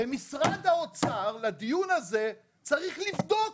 ומשרד האוצר לדיון הזה צריך לבדוק.